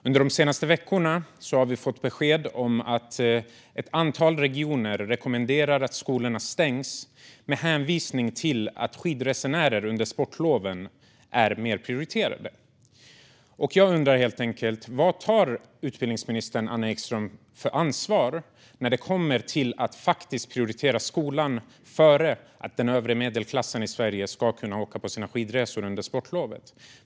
Under de senaste veckorna har vi fått besked om att ett antal regioner rekommenderar att skolorna stängs med hänvisning till att skidresenärer under sportloven är mer prioriterade. Jag undrar helt enkelt: Vad tar utbildningsminister Anna Ekström för ansvar när det kommer till att faktiskt prioritera skolan före att den övre medelklassen i Sverige ska kunna åka på sina skidresor under sportlovet?